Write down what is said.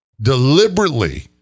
deliberately